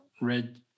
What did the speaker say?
red